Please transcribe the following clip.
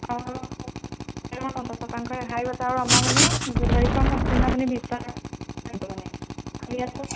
অঁ পঞ্চাছ শতাংশ ৰেহাইও আছে আৰু আমাৰ মানে জুৱেলাৰীখন সম্পূৰ্ণ মানে